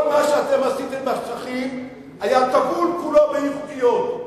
כל מה שאתם עשיתם בשטחים היה טבול כולו באי-חוקיות.